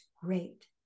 great